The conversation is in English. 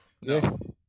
Yes